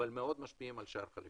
אבל מאוד משפיעים על שער החליפין.